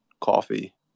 coffee